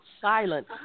silent